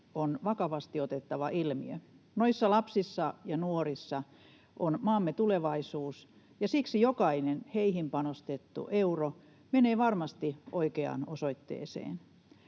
ovat vakavasti otettava ilmiö. Lapsissa ja nuorissa on maamme tulevaisuus, ja siksi jokainen heihin panostettu euro menee varmasti oikeaan osoitteeseen.